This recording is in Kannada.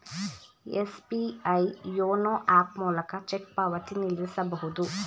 ಎಸ್.ಬಿ.ಐ ಯೋನೋ ಹ್ಯಾಪ್ ಮೂಲಕ ಚೆಕ್ ಪಾವತಿ ನಿಲ್ಲಿಸಬಹುದು